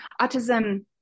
autism